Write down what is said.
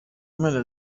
mpera